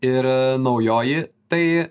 ir naujoji tai